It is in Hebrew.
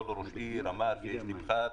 כל ראש עיר אמר, יש לי פחת.